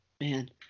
Man